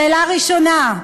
שאלה ראשונה: